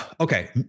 Okay